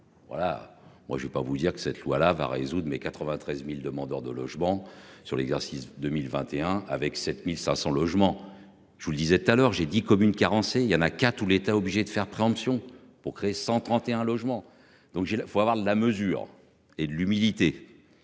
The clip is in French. Voilà moi je vais pas vous dire que cette loi-là va résoudre mais 93.000 demandeurs de logement sur l'exercice 2021 avec 7500 logements. Je vous le disais tout à l'heure j'ai dit communes carencées il y en a quatre ou l'État obligé de faire préemptions pour créer 131 logements donc j'ai, il faut avoir la mesure et de l'humilité.